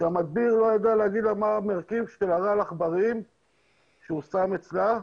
שהמדביר לא ידע להגיד לה מה המרכיב של רעל עכברים שהוא שם אצלה,